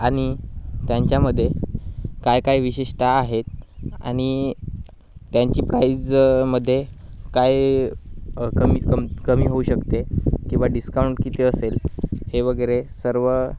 आणि त्यांच्यामध्ये काय काय विशेषता आहेत आणि त्यांची प्राईजमध्ये काय कमी कम कमी होऊ शकते किंवा डिस्काउंट किती असेल हे वगैरे सर्व